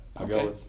Okay